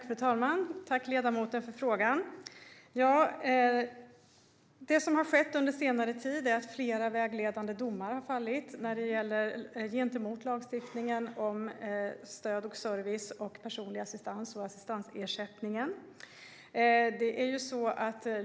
Fru talman! Tack, ledamoten, för frågan! Det som har skett under senare tid är att flera vägledande domar har fallit gentemot lagstiftningen om stöd och service och personlig assistans och assistansersättningen.